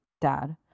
dad